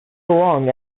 along